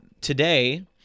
today